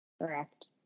Correct